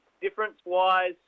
Difference-wise